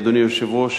אדוני היושב ראש,